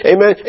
Amen